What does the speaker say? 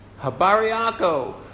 Habariako